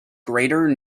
greater